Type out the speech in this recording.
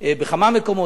בכמה מקומות.